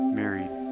married